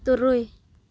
ᱛᱩᱨᱩᱭ